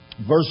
Verse